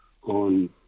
On